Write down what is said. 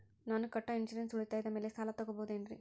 ನಾನು ಕಟ್ಟೊ ಇನ್ಸೂರೆನ್ಸ್ ಉಳಿತಾಯದ ಮೇಲೆ ಸಾಲ ತಗೋಬಹುದೇನ್ರಿ?